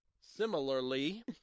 similarly